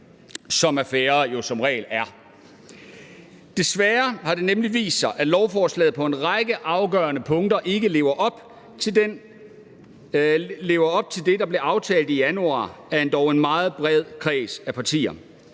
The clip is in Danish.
som affærer jo som regel er det. Desværre har det nemlig vist sig, at lovforslaget på en række afgørende punkter ikke lever op til det, der blev aftalt i januar af en endog meget bred kreds af partier.